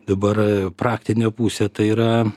dabar praktinė pusė tai yra